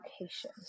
location